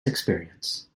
experience